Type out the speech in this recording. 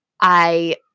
I-